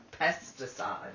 pesticide